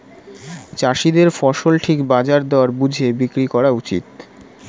চাষীদের ফসল ঠিক বাজার দর বুঝে বিক্রি করা উচিত